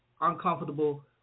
uncomfortable